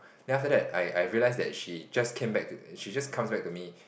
then after that I I realise that she just came back she just comes back to me